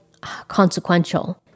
consequential